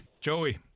joey